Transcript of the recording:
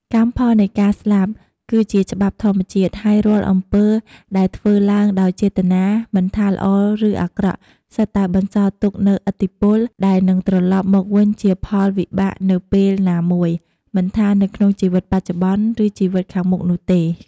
កម្មផលនៃការស្លាប់ គឺជាច្បាប់ធម្មជាតិ ហើយរាល់អំពើដែលធ្វើឡើងដោយចេតនា មិនថាល្អឬអាក្រក់ សុទ្ធតែបន្សល់ទុកនូវឥទ្ធិពល ដែលនឹងត្រឡប់មកវិញជាផលវិបាកនៅពេលណាមួយ មិនថានៅក្នុងជីវិតបច្ចុប្បន្ន ឬជីវិតខាងមុខនោះទេ។